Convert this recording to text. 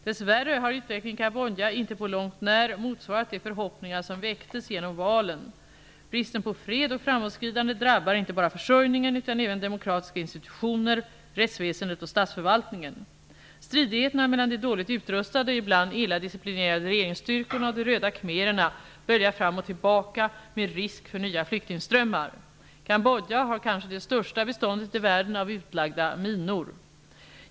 Dess värre har utvecklingen i Kambodja inte på långt när motsvarat de förhoppningar som väcktes genom valen. Bristen på fred och framåtskridande drabbar inte bara försörjningen utan även demokratiska institutioner, rättsväsendet och statsförvaltningen. Stridigheterna mellan de dåligt utrustade och ibland illa disciplinerade regeringsstryktorna och de röda khmererna böljar fram och tillbaka, med risk för nya flyktingströmmar. Kambodja har kanske det största beståndet i världen av utlagda minor.